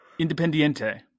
Independiente